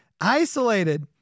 isolated